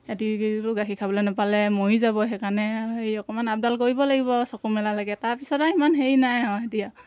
সিহঁতিওতো গাখীৰ খাবলৈ নাপালে মৰি যাব সেইকাৰণে আৰু হেৰি অকণমান আপডাল কৰিব লাগিব আৰু চকু মেলালৈকে তাৰপিছত আমি হেৰি নাই আৰু তেতিয়া